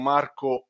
Marco